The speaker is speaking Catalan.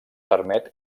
permet